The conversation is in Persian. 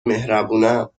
مهربونم